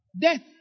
Death